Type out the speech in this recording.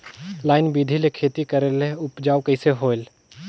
Line बिधी ले खेती करेले उपजाऊ कइसे होयल?